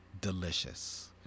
delicious